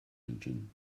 engine